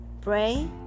pray